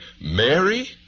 Mary